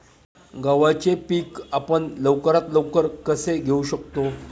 गव्हाचे पीक आपण लवकरात लवकर कसे घेऊ शकतो?